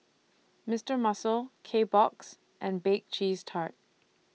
Mister Muscle Kbox and Bake Cheese Tart